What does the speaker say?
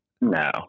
No